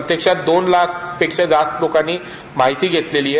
प्रत्यक्षात दोन लाखापेक्षा जास्त लोकांनी माहिती घेतली आहे